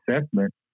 assessment